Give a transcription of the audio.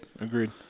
agreed